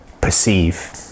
perceive